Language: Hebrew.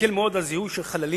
מה שיקל מאוד זיהוי של חללים,